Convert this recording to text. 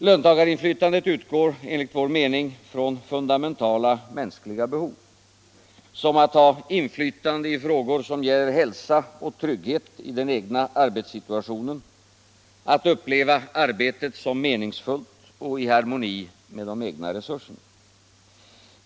Löntagarinflytandet utgår enligt vår mening från fundamentala mänskliga behov, såsom att ha inflytande i frågor som gäller hälsa och trygghet i den egna arbetssituationen, att uppleva arbetet som meningsfullt och i harmoni med de egna resurserna.